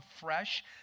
fresh